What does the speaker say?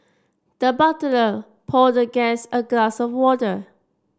the butler poured the guest a glass of water